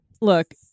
Look